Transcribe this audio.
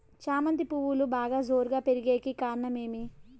చామంతి పువ్వులు బాగా జోరుగా పెరిగేకి కారణం ఏమి?